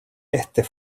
este